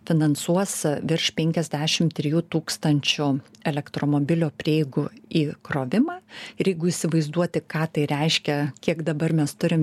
finansuos virš penkiasdešim trijų tūkstančių elektromobilio prieigų įkrovimą ir jeigu įsivaizduoti ką tai reiškia kiek dabar mes turim